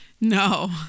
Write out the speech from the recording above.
No